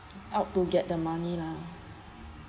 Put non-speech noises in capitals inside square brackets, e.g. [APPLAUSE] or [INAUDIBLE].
[NOISE] out to get the money lah